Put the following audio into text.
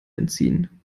entziehen